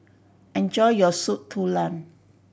enjoy your Soup Tulang